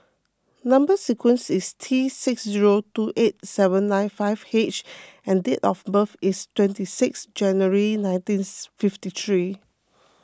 Number Sequence is T six zero two eight seven nine five H and date of birth is twenty sixth January nineteen fifty three